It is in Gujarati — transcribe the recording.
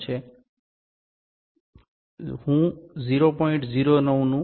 09 છે હું 0